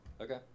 Okay